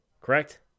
correct